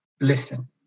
listen